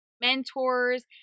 mentors –